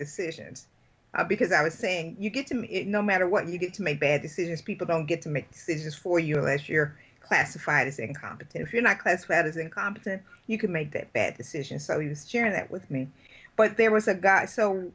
decisions because i was saying you get to me no matter what you get to make bad decisions people don't get to make decisions for you last year classified as incompetent if you're not close had is incompetent you can make that bad decision so used to share that with me but there was a guy so